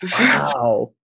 Wow